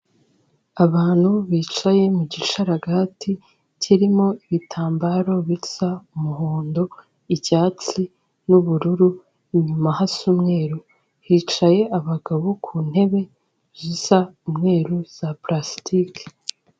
Abantu bicaye mu gishararagati kirimo ibitambaro bisa umuhondo, icyatsi, n'ubururu, inyuma hasa umweru hicaye abagabo ku ntebe zisa umweru za pulasitiki.